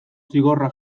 zigorra